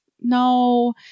no